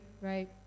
right